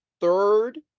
third